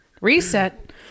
reset